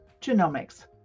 genomics